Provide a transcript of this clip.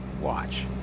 Watch